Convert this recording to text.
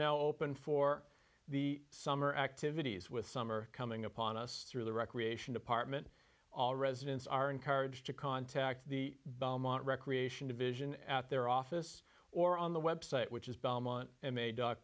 now open for the summer activities with summer coming upon us through the recreation department all residents are encouraged to contact the beaumont recreation division at their office or on the web site which is belmont